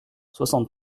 soixante